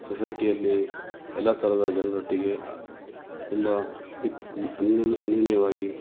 ಸೊಸೈಟಿಯಲ್ಲಿ ಎಲ್ಲ ಥರದ ಜನರೊಟ್ಟಿಗೆ ತುಂಬ ಅನ್ಯೊನ್ಯ ಅನ್ಯೋನ್ಯವಾಗಿ